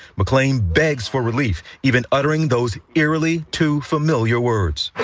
mcclain begs for relief, even uttering those eerily too familiar words.